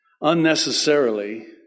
unnecessarily